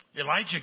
Elijah